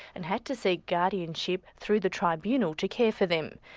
and had to seek guardianship through the tribunal to care for them.